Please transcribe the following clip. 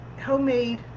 homemade